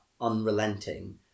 unrelenting